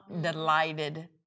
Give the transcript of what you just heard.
delighted